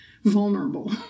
vulnerable